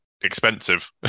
expensive